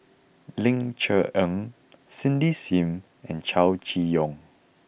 Ling Cher Eng Cindy Sim and Chow Chee Yong